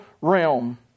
realm